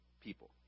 people